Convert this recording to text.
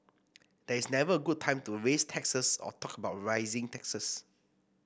there is never a good time to raise taxes or talk about raising taxes